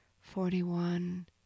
forty-one